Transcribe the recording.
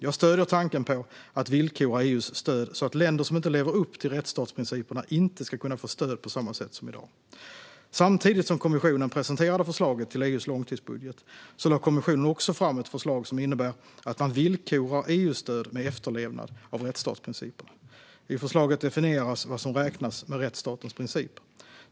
Jag stöder tanken på att villkora EU:s stöd så att länder som inte lever upp till rättsstatsprinciperna inte ska kunna få stöd på samma sätt som i dag. Samtidigt som kommissionen presenterade förslaget till EU:s långtidsbudget lade kommissionen också fram ett förslag som innebär att man villkorar EU-stöd med efterlevnad av rättsstatsprinciperna. I förslaget definieras vad som räknas som rättsstatens principer.